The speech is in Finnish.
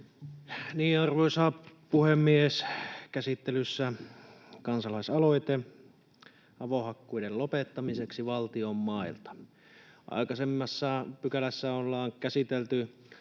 Arvoisa puhemies! Käsittelyssä on kansalaisaloite avohakkuiden lopettamiseksi valtion mailla. Aikaisemmassa pykälässä ollaan käsitelty